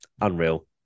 Unreal